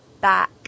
back